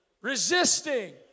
resisting